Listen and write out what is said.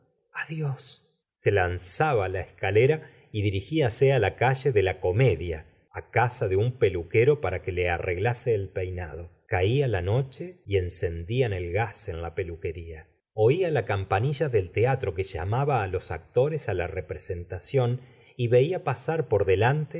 se lanzaba á la escalera y dirigíase á la calle de la comedia á casa de un peluquero para que le arreglase el peinado caía la noche y encendían el gas en la peluquería oia la campanilla del teatro que llamaba á los actores á la representación y veía pasar por delante